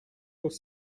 گفت